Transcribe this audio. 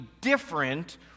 different